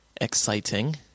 exciting